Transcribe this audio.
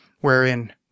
wherein